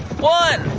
one